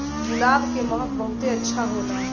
गुलाब के महक बहुते अच्छा होला